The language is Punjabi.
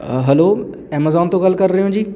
ਅ ਹੈਲੋ ਐਮਾਜ਼ੋਨ ਤੋਂ ਗੱਲ ਕਰ ਰਹੇ ਹੋ ਜੀ